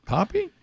Poppy